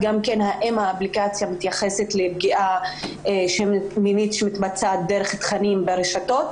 האם האפליקציה מתייחסת לפגיעות מיניות שמתבצעות דרך תכנים ברשתות,